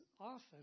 often